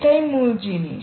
এটাই মূল জিনিস